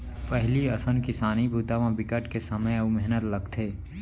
पहिली असन किसानी बूता म बिकट के समे अउ मेहनत लगथे